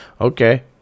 Okay